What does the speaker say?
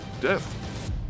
death